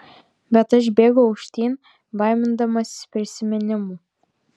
bet aš bėgau aukštyn baimindamasi prisiminimų